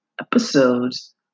episodes